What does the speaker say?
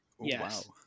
Yes